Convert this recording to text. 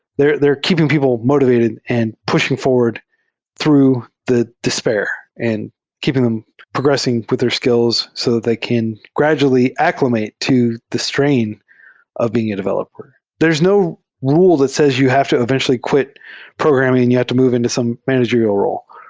they're they're keeping people motivated and pushing forward through the despair and keeping them progressing with their skills so they can gradually accl imate to the strain of being a developer. there's no rule that says you have to eventual ly quit programming and you have to move into some manager ial ro le,